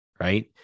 right